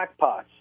jackpots